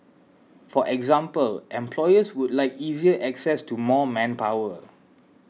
for example employers would like easier access to more manpower